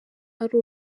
ari